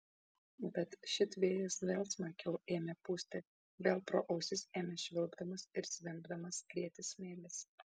bet šit vėjas vėl smarkiau ėmė pūsti vėl pro ausis ėmė švilpdamas ir zvimbdamas skrieti smėlis